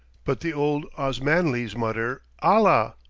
but the old osmanlis mutter allah,